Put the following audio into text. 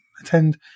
attend